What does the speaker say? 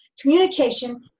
communication